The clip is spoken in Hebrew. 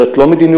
זאת לא מדיניות,